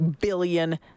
billion